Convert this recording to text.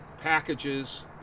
packages